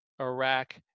Iraq